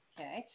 Okay